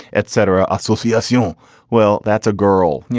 et cetera. associates. yeah um well, that's a girl. you